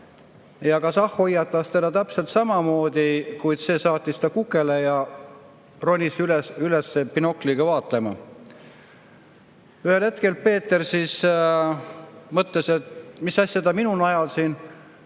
ja kasahh hoiatas teda täpselt samamoodi, kuid see saatis ta kukele ja ronis üles binokliga vaatlema. Ühel hetkel Peeter siis mõtles, et mis asja ta minu najal siin